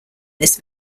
this